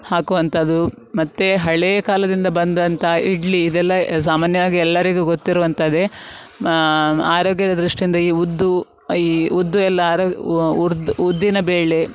ಹಾಕುವಂಥದ್ದು ಮತ್ತು ಹಳೇ ಕಾಲದಿಂದ ಬಂದಂತಹ ಇಡ್ಲಿ ಇದೆಲ್ಲ ಸಾಮಾನ್ಯವಾಗಿ ಎಲ್ಲರಿಗು ಗೊತ್ತಿರುವಂಥದ್ದೆ ಮ ಆರೋಗ್ಯದ ದೃಷ್ಟಿಯಿಂದ ಈ ಉದ್ದು ಈ ಉದ್ದು ಎಲ್ಲ ಆರೋ ಉದ್ದು ಉದ್ದಿನ ಬೇಳೆ